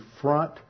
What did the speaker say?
front